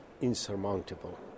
insurmountable